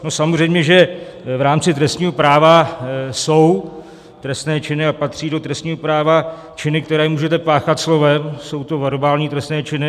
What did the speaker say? No samozřejmě že v rámci trestního práva jsou trestné činy a patří do trestního práva činy, které můžete páchat slovem, jsou to verbální trestné činy.